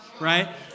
right